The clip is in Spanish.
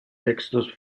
textos